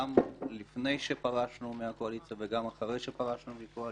גם לפני שפרשנו מהקואליציה וגם אחרי שפרשנו מהקואליציה,